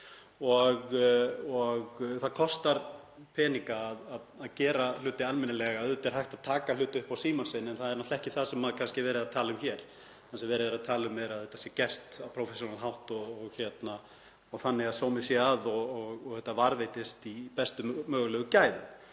Það kostar peninga að gera hluti almennilega. Auðvitað er hægt að taka hluti upp á símann sinn en það er ekki það sem er verið að tala um hér. Það sem verið er að tala um er að þetta sé gert á „professional“ hátt og þannig að sómi sé að og að þetta varðveitist í bestu mögulegu gæðum.